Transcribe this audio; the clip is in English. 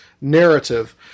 narrative